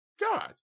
God